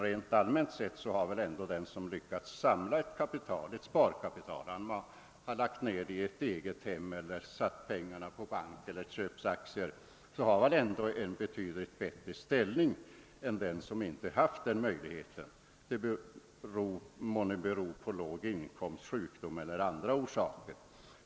Rent allmänt sett har väl ändå den som har lyckats samla ett sparkapital, antingen han har lagt ned det i ett eget hem, satt in pengarna på bank eller köpt aktier, en betydligt bättre ställning än den som inte har haft den möjligheten — det må nu bero på låg inkomst, sjukdom eller andra orsaker.